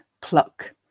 pluck